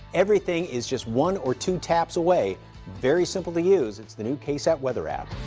everything is just one or two taps away very simple to use its the new ksat weather app.